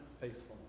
faithfulness